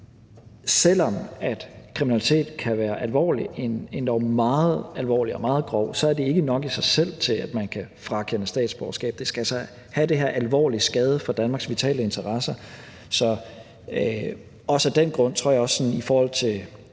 selv om kriminaliteten kan være alvorlig og endog meget alvorlig og meget grov, så ikke er nok i sig selv til, at man kan frakende et statsborgerskab. Det skal altså være til den her alvorlige skade for Danmarks vitale interesser. Så også af den grund og sådan i forhold til